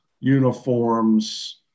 uniforms